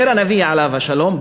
הנביא עליו השלום,